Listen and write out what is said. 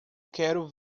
quero